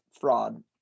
fraud